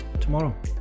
tomorrow